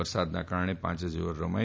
વરસાદના કારણે પાંચ જ ઓવર રમાઈ